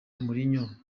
mourinho